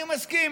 אני מסכים,